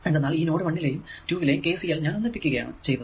എന്തെന്നാൽ ഈ നോഡ് 1 ലെയും 2 ലെയും KCL ഞാൻ ഒന്നിപ്പിക്കുകയാണ് ചെയ്തത്